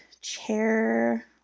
chair